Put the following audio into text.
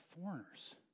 foreigners